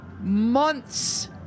months